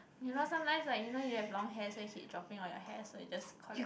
you know sometimes like you know you have long hair so it keeps dropping on your hair so you just collect